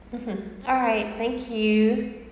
(uh huh) alright thank you